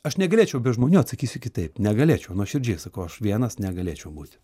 aš negalėčiau be žmonių atsakysiu kitaip negalėčiau nuoširdžiai sakau aš vienas negalėčiau būti